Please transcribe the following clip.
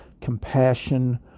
compassion